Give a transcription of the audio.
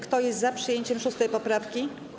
Kto jest za przyjęciem 6. poprawki?